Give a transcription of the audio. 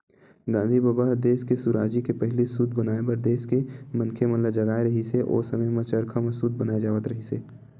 गांधी बबा ह देस के सुराजी के पहिली सूत बनाए बर देस के मनखे मन ल जगाए रिहिस हे, ओ समे म चरखा म सूत बनाए जावत रिहिस हे